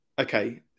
Okay